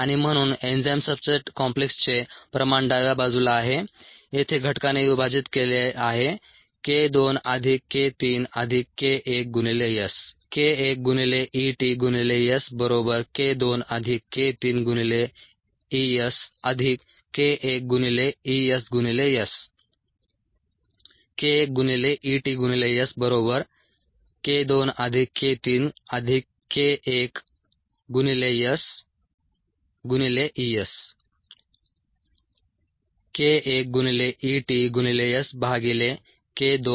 आणि म्हणून enzyme substrate कॉम्प्लेक्सचे प्रमाण डाव्या बाजुला आहे येथे घटकाने विभाजित केले आहे k 2 अधिक k 3 अधिक k 1 गुणिले S